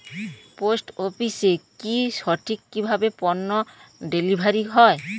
Post অফিসে কি সঠিক কিভাবে পন্য ডেলিভারি হয়?